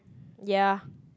ya